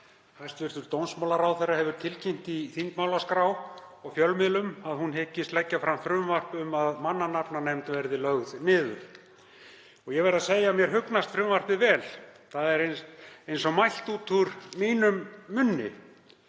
Hæstv. dómsmálaráðherra hefur tilkynnt í þingmálaskrá og fjölmiðlum að hún hyggist leggja fram frumvarp um að mannanafnanefnd verði lögð niður. Ég verð að segja að mér hugnast frumvarpið vel. Það er eins og mælt út úr mínum munni.